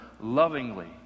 lovingly